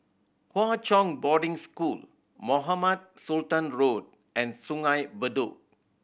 Hwa Chong Boarding School Mohamed Sultan Road and Sungei Bedok